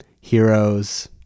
heroes